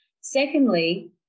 Secondly